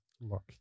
look